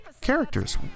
characters